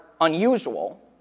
unusual